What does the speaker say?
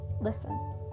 Listen